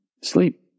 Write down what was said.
sleep